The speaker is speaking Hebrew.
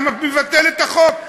אתה מבטל את החוק.